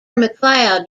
mcleod